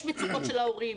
יש מצוקות של ההורים,